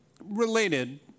Related